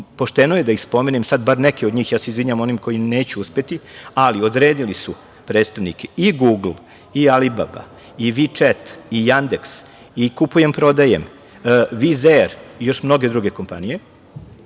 je da ih spomenem, sada bar neke od njih, ja se izvinjavam onima koje neću uspeti, ali odredili su predstavnike i Gugl i Alibaba i Vičet, i Andeks i Kupujem-prodajem, Viz Er i još mnoge druge kompanije. Na